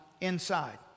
inside